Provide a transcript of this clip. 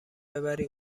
ببری